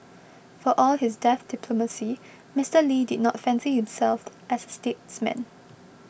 for all his deft diplomacy Mister Lee did not fancy himself as a statesman